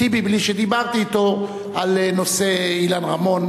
טיבי בלי שדיברתי אתו על נושא אילן רמון,